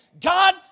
God